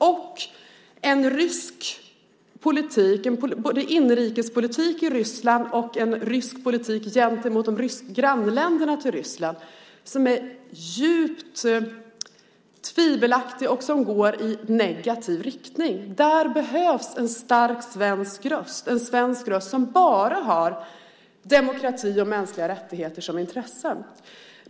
Det är en rysk politik, både en inrikespolitik i Ryssland och en rysk politik gentemot grannländerna till Ryssland, som är djupt tvivelaktig och som går i negativ riktning. Där behövs en stark svensk röst, en svensk röst som bara har demokrati och mänskliga rättigheter som intressen.